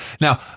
Now